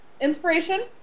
inspiration